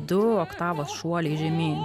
du oktavos šuoliai žemyn